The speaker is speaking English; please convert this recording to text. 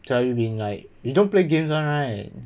so have you been like you don't play games [one] right